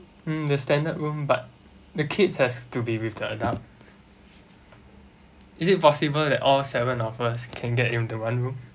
mm the standard room but the kids have to be with the adult is it possible that all seven of us can get into one room